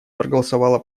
проголосовала